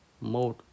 mode